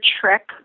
trick